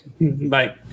Bye